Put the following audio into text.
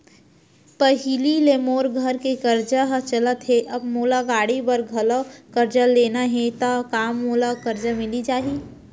पहिली ले मोर घर के करजा ह चलत हे, अब मोला गाड़ी बर घलव करजा लेना हे ता का मोला करजा मिलिस जाही?